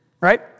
right